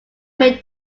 men